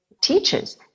teaches